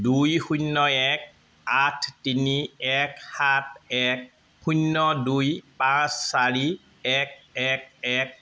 দুই শূন্য এক আঠ তিনি এক সাত এক শূন্য দুই পাঁচ চাৰি এক এক এক